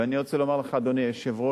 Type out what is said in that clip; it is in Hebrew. ואני רוצה לומר לך, אדוני היושב-ראש,